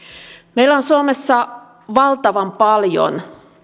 meillä on suomessa valtavan paljon